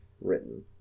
written